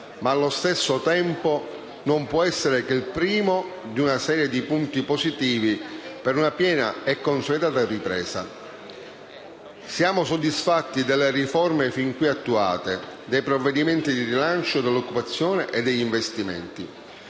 ma allo stesso tempo non può essere che il primo di una serie di punti positivi per una piena e consolidata ripresa. Siamo soddisfatti delle riforme fin qui attuate, dei provvedimenti di rilancio dell'occupazione e degli investimenti.